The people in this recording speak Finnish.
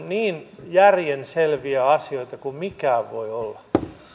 niin järjen selviä asioita kuin mikään voi olla